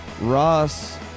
Ross